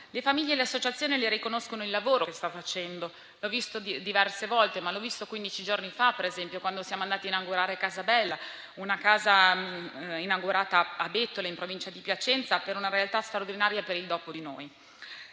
Le famiglie e le associazioni le riconoscono il lavoro che sta facendo, come ho visto diverse volte ed anche quindici giorni fa quando siamo andati ad inaugurare Casa bella, inaugurata a Bettola, in provincia di Piacenza, per una realtà straordinaria per il Dopo di noi.